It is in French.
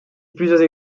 plusieurs